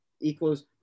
equals